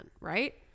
right